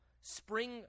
spring